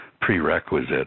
prerequisite